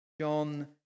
john